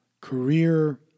career